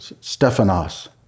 Stephanos